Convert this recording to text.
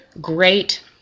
great